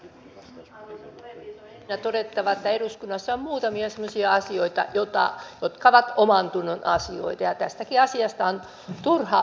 on ensinnä todettava että eduskunnassa on muutamia semmoisia asioita jotka ovat omantunnon asioita ja tästäkin asiasta on turha väitellä